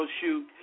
shoot